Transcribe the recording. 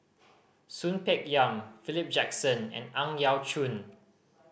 Soon Peng Yam Philip Jackson and Ang Yau Choon